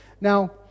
Now